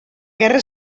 guerra